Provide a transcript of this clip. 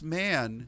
man